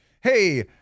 Hey